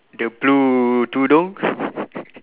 the blue tudung